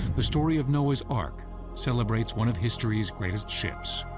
the story of noah's ark celebrates one of history's greatest ships.